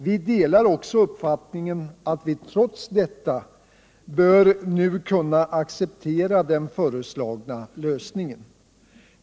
Vi delar också uppfattningen att man trots detta nu bör kunna acceptera den föreslagna lösningen.